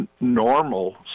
normal